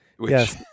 Yes